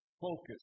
focus